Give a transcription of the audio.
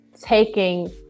taking